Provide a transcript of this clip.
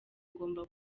ngomba